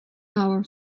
hour